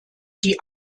die